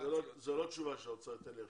זו לא תשובה שהאוצר ייתן לי עכשיו.